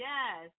Yes